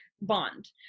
bond